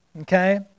okay